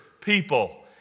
people